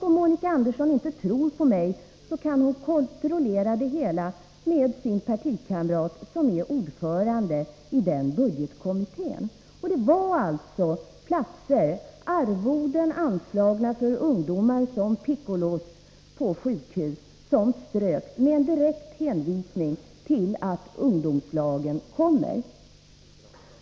Om Monica Andersson inte tror på mig kan hon kontrollera det hela med sin partikamrat som är ordförande i den budgetkommittén. Det var alltså arvoden anslagna för ungdomar som pickolor på sjukhus som ströks med en direkt hänvisning till att ungdomslagen kommer.